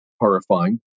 horrifying